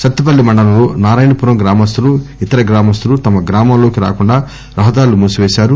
సత్తుపల్లి మండలంలో నారాయణ పురం గ్రామస్తులు ఇతర గ్రామస్తులు తమ గ్రామంలోకి రాకుండా రహదారులు మూసివేశారు